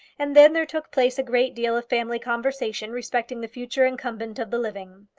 and then there took place a great deal of family conversation respecting the future incumbent of the living.